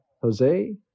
Jose